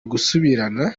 gusubirana